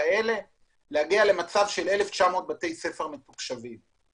להגיע למצב של 1,900 בתי ספר מתוקשבים.